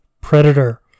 Predator